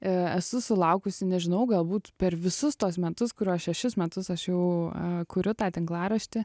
esu sulaukusi nežinau galbūt per visus tuos metus kuriuos šešis metus aš jau kuriu tą tinklaraštį